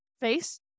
face